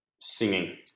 Singing